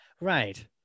right